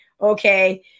okay